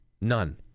None